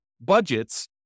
budgets